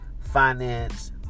finance